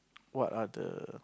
what are the